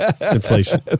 Inflation